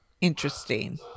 interesting